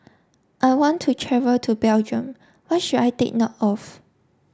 I want to travel to Belgium what should I take note of